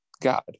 God